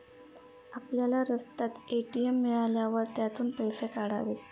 आपल्याला रस्त्यात ए.टी.एम मिळाल्यावर त्यातून पैसे काढावेत